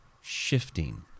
shifting